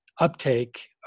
uptake